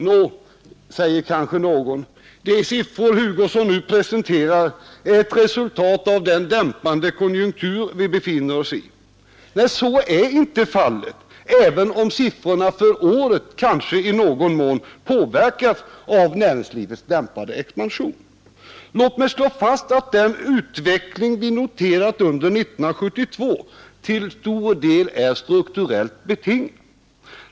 ”Nå” ger kanske någon, ”de siffror Hugosson nu presenterar är ett resultat av den dämpade konjunktur vi befinner oss i.” Men så är inte fallet, även om siffrorna för året kanske i någon mån påverk av näringslivets dämpade expansion. å fast att den utveckling vi noterat under 1972 till stor del är strukturellt betingad.